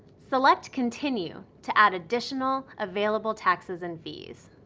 select continue to add additional available taxes and fees.